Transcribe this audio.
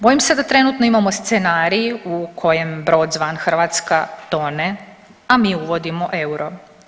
Bojim se da trenutno imamo scenarij u kojem brod zvan Hrvatska tone, a mi uvodimo euro.